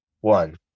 one